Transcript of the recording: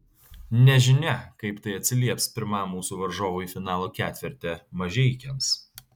nežinia kaip tai atsilieps pirmam mūsų varžovui finalo ketverte mažeikiams